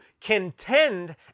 contend